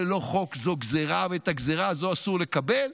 זה לא חוק, זו גזרה, ואת הגזרה הזו אסור לקבל.